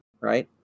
right